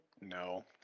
No